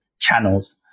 channels